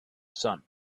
sun